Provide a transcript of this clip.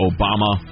Obama